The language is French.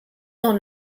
dans